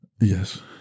Yes